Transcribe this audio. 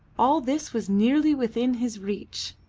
all this was nearly within his reach.